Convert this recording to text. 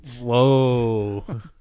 Whoa